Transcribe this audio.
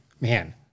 man